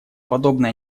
подобная